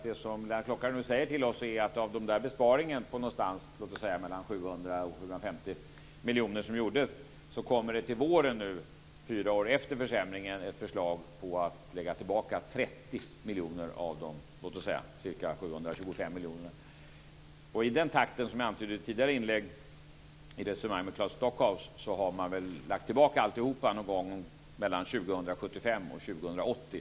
Det som Lennart Klockare nu säger till oss är att när det gäller den besparing på låt oss säga någonstans mellan 700 och 750 miljoner som gjordes, kommer det nu till våren, fyra år efter försämringen, ett förslag om att lägga tillbaka 30 miljoner av de låt oss säga ca 725 miljonerna. Som jag antydde i ett tidigare inlägg i ett resonemang med Claes Stockhaus har man väl med den takten lagt tillbaka alltihop någon gång mellan 2075 och 2080.